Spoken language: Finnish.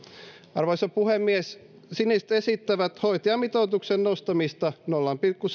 arvoisa puhemies siniset esittävät hoitajamitoituksen nostamista nolla pilkku